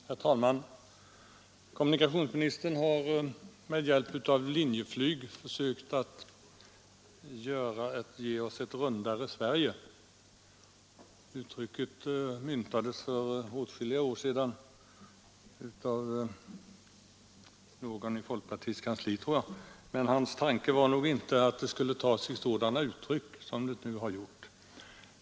Herr talman! Kommunikationsministern har med hjälp av Linjeflyg försökt att ge oss ”ett rundare Sverige”. Det uttrycket myntades för åtskilliga år sedan av — vill jag minnas — någon i folkpartiets kansli för att användas i den regionalpolitiska debatten. Men tanken var inte att det skulle ta sig sådana uttryck som det nu har gjort.